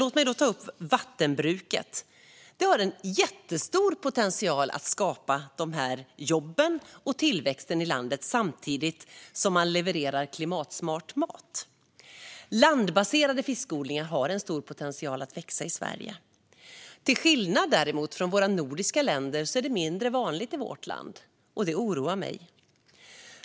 Låt mig ta upp vattenbruket. I vattenbruket finns en mycket stor potential att skapa jobben och tillväxten i landet samtidigt som man levererar klimatsmart mat. Landbaserade fiskodlingar har en stor potential att växa i Sverige. Till skillnad från de nordiska länderna är dessa mindre vanliga i vårt land, och det oroar mig.